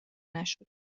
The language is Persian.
نشده